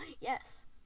Yes